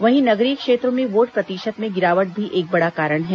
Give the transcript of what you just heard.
वहीं नगरीय क्षेत्रों में वोट प्रतिशत में गिरावट भी एक बड़ा कारण है